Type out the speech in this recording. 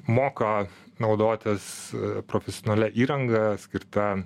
moka naudotis profesionalia įranga skirta